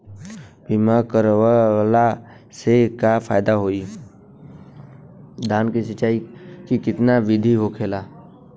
बीमा करवला से का फायदा होयी?